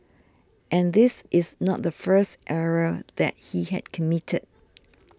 and this is not the first error that he had committed